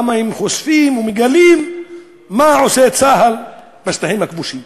כי הם חושפים ומגלים מה עושה צה"ל בשטחים הכבושים.